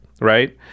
right